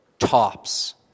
tops